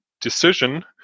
decision